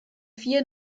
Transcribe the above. vier